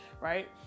right